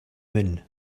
moon